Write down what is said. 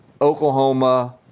Oklahoma